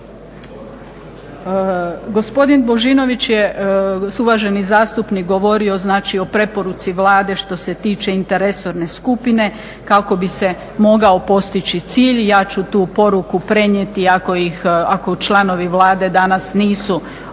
Gospodin Božinović je, uvaženi zastupnik govorio znači o preporuci Vlade što se tiče inter resorne skupine kako bi se mogao postići cilj. I ja ću tu poruku prenijeti ako članovi Vlade danas nisu slušali